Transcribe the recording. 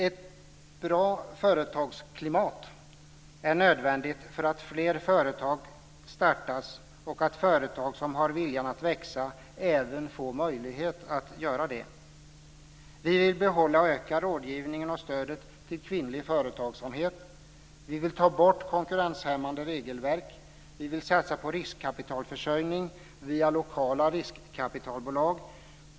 Ett bra företagsklimat är nödvändigt för att fler företag ska startas och för att företag som har viljan att växa även får möjlighet att göra det. Vi vill behålla och öka rådgivningen och stödet till kvinnlig företagsamhet. Vi vill ta bort konkurrenshämmande regelverk. Vi vill satsa på riskkapitalförsörjning via lokala riskkapitalbolag.